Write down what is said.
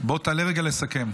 בוא תעלה רגע לסכם.